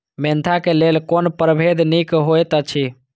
Mentha क लेल कोन परभेद निक होयत अछि?